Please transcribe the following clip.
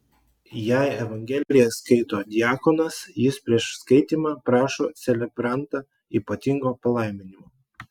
jei evangeliją skaito diakonas jis prieš skaitymą prašo celebrantą ypatingo palaiminimo